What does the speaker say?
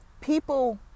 People